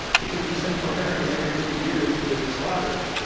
because in central america every fifty years there's a slaughter,